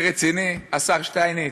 זה רציני, השר שטייניץ?